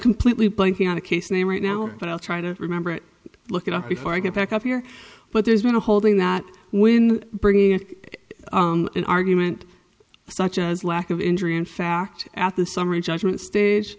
completely blanking out a case name right now but i'll try to remember it look it up before i get back up here but there's been a holding that when bringing in an argument such as lack of injury in fact at the summary judgment stage